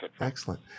Excellent